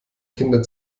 kinder